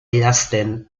idazten